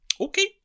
Okay